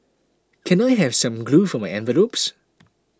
can I have some glue for my envelopes